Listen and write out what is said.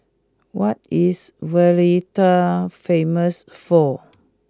what is Valletta famous for